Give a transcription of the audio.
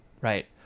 Right